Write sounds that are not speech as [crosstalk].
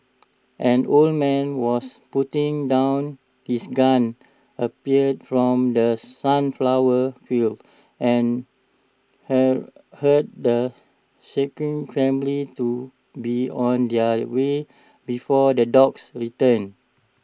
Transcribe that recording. an old man was putting down his gun appeared from the sunflower fields and [unintelligible] hurt the shaken family to be on their way before the dogs return